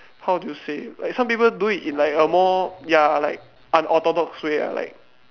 how do you say like some people do it in like a more ya like unorthodox way lah like